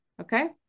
okay